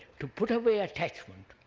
to put away attachment